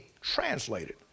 translated